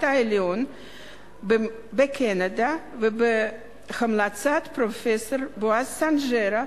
העליון בקנדה ובהמלצת פרופסור בועז סנג'רו,